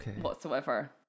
whatsoever